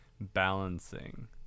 balancing